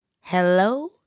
hello